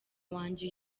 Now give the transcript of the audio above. wanjye